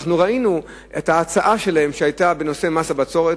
ראינו את ההצעה שלהם בנושא מס הבצורת,